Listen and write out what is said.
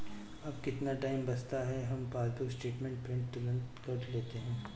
अब कितना टाइम बचता है, हम पासबुक स्टेटमेंट प्रिंट तुरंत कर लेते हैं